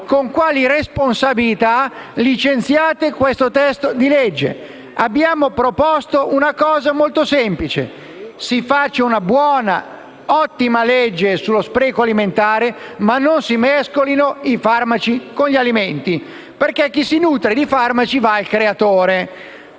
con quali responsabilità licenziate questo testo di legge. Abbiamo proposto una cosa molto semplice: si faccia una ottima legge sullo spreco alimentare, ma non si mescolino i farmaci con gli alimenti, perché chi si nutre di farmaci va al creatore.